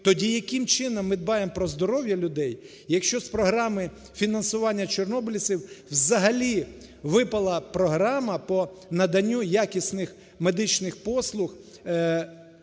тоді яким чином ми дбаємо про здоров'я людей, якщо з програми фінансування чорнобильців взагалі випала програма по наданню якісних медичних послуг